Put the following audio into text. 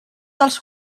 dels